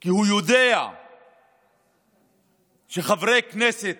כי הוא יודע שחברי כנסת